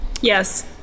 Yes